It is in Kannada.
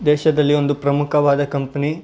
ದೇಶದಲ್ಲಿ ಒಂದು ಪ್ರಮುಖವಾದ ಕಂಪ್ನಿ